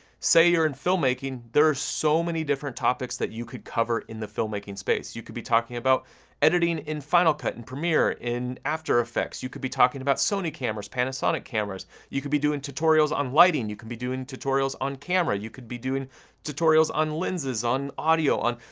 say you're in filmmaking, there are so many different topics that you could cover in the filmmaking space. you could be talking about editing in final cut, in premiere, in after effects. you could be talking about sony cameras, panasonic cameras. you could be doing tutorials on lighting. you can be doing tutorials on camera. you could be doing tutorials on lenses, on audio, on,